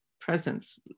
presence